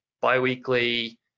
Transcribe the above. bi-weekly